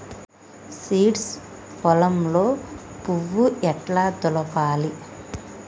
Seeds పొలంలో పువ్వు ఎట్లా దులపాలి?